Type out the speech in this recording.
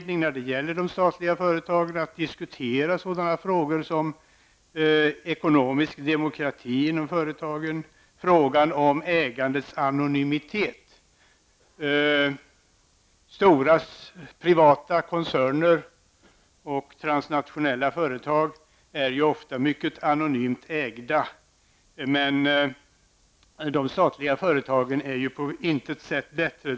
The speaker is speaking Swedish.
När det gäller de statliga företagen finns det anledning att diskutera ekonomisk demokrati inom företagen och frågan om ägandets anonymitet. Stora privata koncerner och transnationella företag är ofta mycket anonymt ägda. De statliga företagen är på intet sätt bättre.